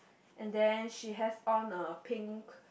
and then she has on a pink